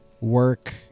work